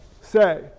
say